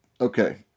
Okay